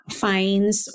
fines